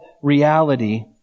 Reality